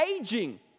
aging